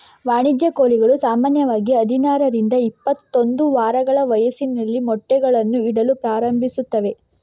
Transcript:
ವಾಣಿಜ್ಯ ಕೋಳಿಗಳು ಸಾಮಾನ್ಯವಾಗಿ ಹದಿನಾರರಿಂದ ಇಪ್ಪತ್ತೊಂದು ವಾರಗಳ ವಯಸ್ಸಿನಲ್ಲಿ ಮೊಟ್ಟೆಗಳನ್ನು ಇಡಲು ಪ್ರಾರಂಭಿಸುತ್ತವೆ